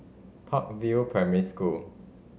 Park View Primary School